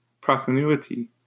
prosperity